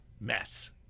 mess